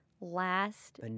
last